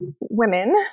women